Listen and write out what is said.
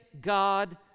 God